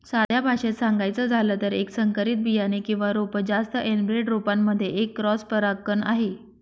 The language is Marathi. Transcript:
साध्या भाषेत सांगायचं झालं तर, एक संकरित बियाणे किंवा रोप जास्त एनब्रेड रोपांमध्ये एक क्रॉस परागकण आहे